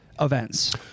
events